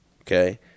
Okay